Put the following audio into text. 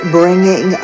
bringing